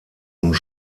und